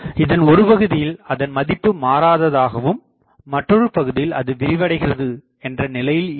இதன் ஒரு பகுதியில் அதன் மதிப்பு மாறாததாகவும் மற்றொரு பகுதியில் அது விரிவடைகிறதுஎன்ற நிலையில் இருக்கும்